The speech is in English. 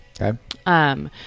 Okay